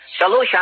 Solution